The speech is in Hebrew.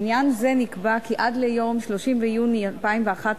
בעניין זה נקבע כי עד ליום 30 ביוני 2011